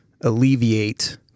alleviate